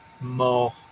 more